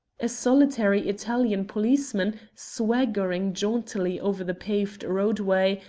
a solitary italian policeman, swaggering jauntily over the paved roadway,